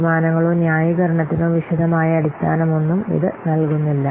തീരുമാനങ്ങളോ ന്യായീകരണത്തിനോ വിശദമായ അടിസ്ഥാനമൊന്നും ഇത് നൽകുന്നില്ല